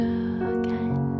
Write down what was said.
again